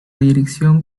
dirección